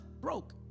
broke